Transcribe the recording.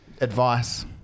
advice